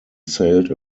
sailed